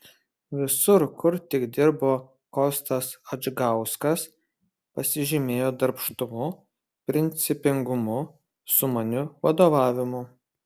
visur kur tik dirbo kostas adžgauskas pasižymėjo darbštumu principingumu sumaniu vadovavimu